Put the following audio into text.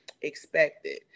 expected